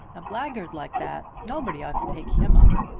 a blackguard like that! nobody ought to take him up.